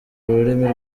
rurimi